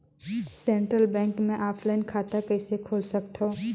Central bank मे offline खाता कइसे खोल सकथव?